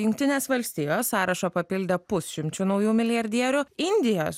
jungtinės valstijos sąrašą papildė pusšimčiu naujų milijardierių indijos